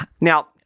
Now